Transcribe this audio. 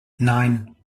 nein